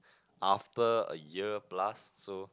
after a year plus so